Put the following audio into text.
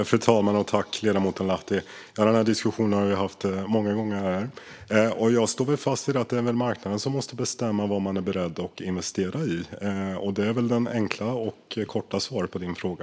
Fru talman! Ledamoten Lahti! Den diskussionen har vi haft många gånger här. Jag står fast vid att det är marknaden som måste bestämma vad man är beredd att investera i. Det är väl det enkla och korta svaret på din fråga.